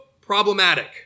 problematic